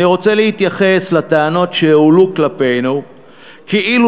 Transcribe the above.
אני רוצה להתייחס לטענות שהועלו כלפינו כאילו